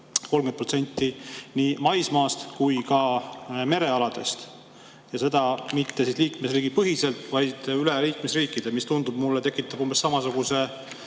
30% nii maismaast kui ka merealadest, ja seda mitte iga liikmesriigi põhiselt, vaid kõikides liikmesriikides. Mulle tundub, et see tekitab umbes samasuguse